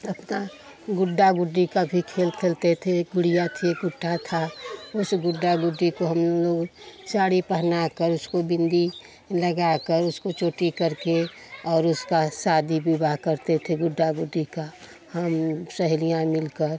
अपना गुड्डा गुड्डी का भी खेल खेलते थे एक गुड़िया थी एक गुड्ढा था उस गुड्डा गुड्डी को हम लोग साड़ी पहनाकर उसको बिंदी लगाकर उसको चोटी करके और उसका शादी ब्याह करते थे गुड्डा गुड्डी का हम सहेलियाँ मिलकर